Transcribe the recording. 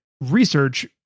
research